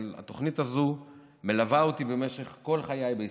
אבל התוכנית הזו מלווה אותי במשך כל חיי בישראל.